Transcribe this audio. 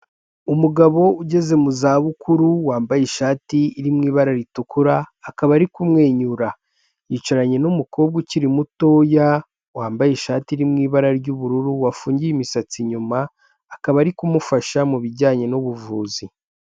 Umugabo ugeze mu za bukuru wambaye ishati iri mu ibara ritukura akaba ari kumwenyura, yicaranye n'umukobwa ukiri mutoya wambaye ishati iri mu ibara ry'ubururu wafungiye imisatsi inyuma akaba ari kumufasha mu bijyanye n'ubuvuzi.